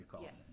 yes